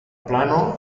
plano